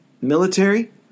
military